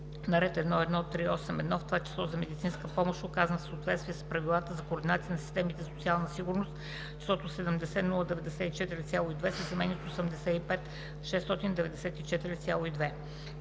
на ред 1.1.3.8.1 „в това число за медицинска помощ, оказана в съответствие с правилата за координация на системите за социална сигурност“ числото „70 094,2“ се заменя с „85 694,2“.“